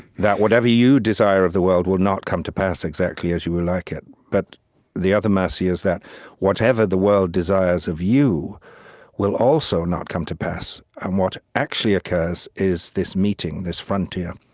that whatever you desire of the world will not come to pass exactly as you will like it. but the other mercy is that whatever the world desires of you will also not come to pass, and what actually occurs is this meeting, this frontier.